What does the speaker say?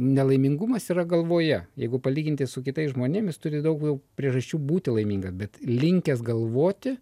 nelaimingumas yra galvoje jeigu palyginti su kitais žmonėm turi daug daug priežasčių būti laiminga bet linkęs galvoti